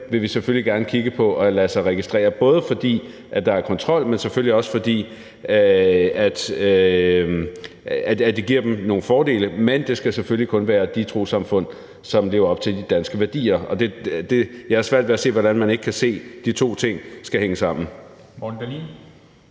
på, hvordan fredelige trossamfund kan lade sig registrere. Både fordi det betyder, at der er kontrol med det, men selvfølgelig også fordi det giver dem nogle fordele. Men det skal selvfølgelig kun være de trossamfund, som lever op til de danske værdier. Jeg har svært ved at se, hvordan man ikke kan se, at de to ting skal hænge sammen. Kl.